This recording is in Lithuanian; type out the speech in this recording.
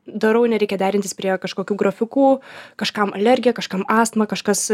darau nereikia derintis prie kažkokių grafikų kažkam alergija kažkam astma kažkas